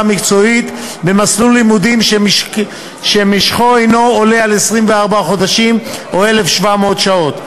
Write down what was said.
מקצועית במסלול לימודים שמשכו אינו עולה על 24 חודשים או 1,700 שעות.